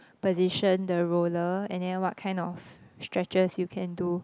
position the roller and then what kind of stretches you can do